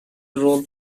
role